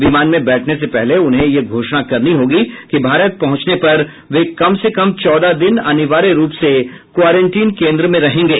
विमान में बैठने से पहले उन्हें यह घोषणा करनी होगी कि भारत पहुंचने पर वे कम से कम चौदह दिन अनिवार्य रूप से क्वारंटीन केंद्र में रहेंगे